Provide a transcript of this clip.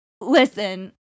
Listen